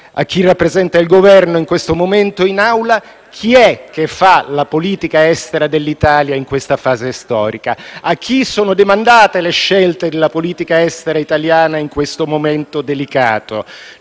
a chi rappresenta il Governo in questo momento in Aula chi fa la politica estera dell'Italia in questa fase storica. A chi sono demandate le scelte della politica estera italiana in questo momento delicato?